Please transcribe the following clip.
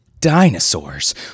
dinosaurs